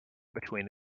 between